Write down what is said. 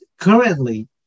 currently